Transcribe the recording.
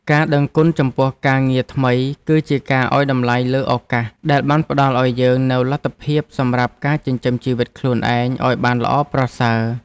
ការដឹងគុណចំពោះការងារថ្មីគឺជាការឱ្យតម្លៃលើឱកាសដែលបានផ្ដល់ឱ្យយើងនូវលទ្ធភាពសម្រាប់ការចិញ្ចឹមជីវិតខ្លួនឯងឱ្យបានល្អប្រសើរ។